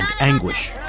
anguish